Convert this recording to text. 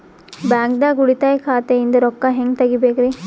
ಬ್ಯಾಂಕ್ದಾಗ ಉಳಿತಾಯ ಖಾತೆ ಇಂದ್ ರೊಕ್ಕ ಹೆಂಗ್ ತಗಿಬೇಕ್ರಿ?